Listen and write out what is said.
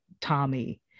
Tommy